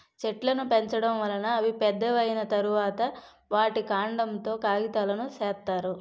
చెట్లును పెంచడం వలన అవి పెద్దవి అయ్యిన తరువాత, వాటి కాండం తో కాగితాలును సేత్తారు